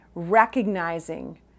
recognizing